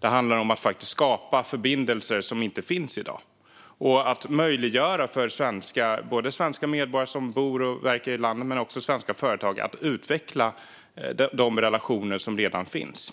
Det handlar om att skapa förbindelser som inte finns i dag och att göra det möjligt för svenska medborgare som bor och verkar i landet och för svenska företag att utveckla de relationer som redan finns.